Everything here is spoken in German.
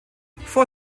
vor